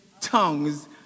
tongues